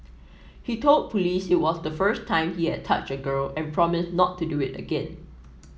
he told police it was the first time he had touched a girl and promised not to do it again